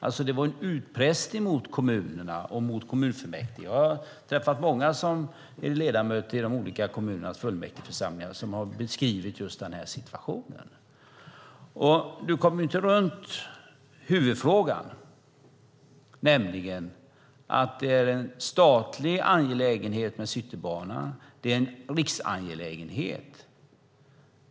Det var alltså en utpressning mot kommunerna och mot kommunfullmäktige. Många ledamöter i de olika kommunernas fullmäktigeförsamlingar har beskrivit just denna situation. Man kommer inte runt huvudfrågan, nämligen att Citybanan är en statlig angelägenhet och en riksangelägenhet.